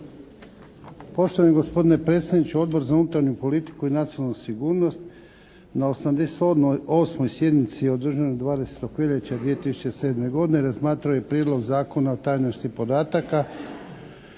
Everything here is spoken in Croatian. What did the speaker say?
Poštovani gospodine predsjedniče, Odbor za unutarnju politiku i nacionalnu sigurnost na 88. sjednici održanoj 20. veljače 2007. godine razmatrao je Prijedlog Zakona o tajnosti podataka